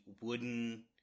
wooden